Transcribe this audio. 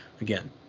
again